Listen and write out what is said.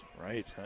Right